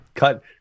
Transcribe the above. Cut